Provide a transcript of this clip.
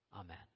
Amen